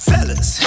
Fellas